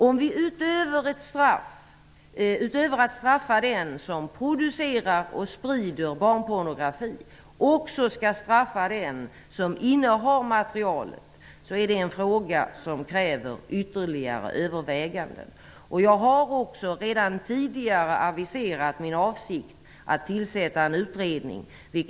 Om vi, utöver att straffa den som producerar och sprider barnpornografi, också skall straffa den som innehar materialet, så är det en fråga som kräver ytterligare överväganden. Jag har redan tidigare aviserat min avsikt att tillsätta en utredning.